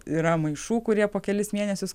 yra maišų kurie po kelis mėnesius